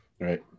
right